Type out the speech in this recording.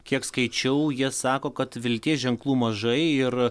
kiek skaičiau jie sako kad vilties ženklų mažai ir